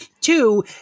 two